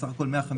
סך הכול 150%,